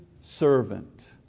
servant